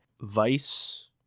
Vice